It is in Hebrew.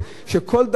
שכל דקה,